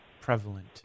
prevalent